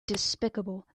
despicable